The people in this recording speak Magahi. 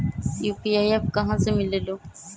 यू.पी.आई एप्प कहा से मिलेलु?